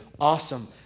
awesome